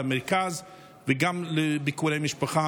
למרכז וגם לביקורי משפחה?